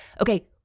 okay